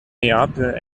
neapel